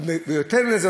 ויותר מזאת,